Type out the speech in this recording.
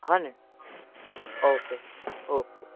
હ ને okay okay